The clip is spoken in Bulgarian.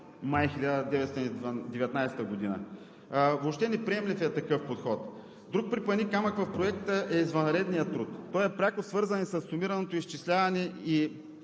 май 1919 г. Въобще не е приемлив такъв подход. Друг препъни камък в Проекта е извънредният труд. Той е пряко свързан и със сумираното изчисляване и